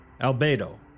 Albedo